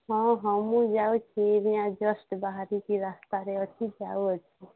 ହଁ ହଁ ମୁଁ ଯାଉଛି ଏଇନା ଯଷ୍ଟ ବାହାରିକି ରାସ୍ତାରେ ଅଛି ଯାଉଛି